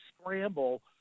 scramble